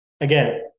again